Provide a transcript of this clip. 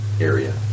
area